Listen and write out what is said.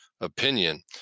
opinion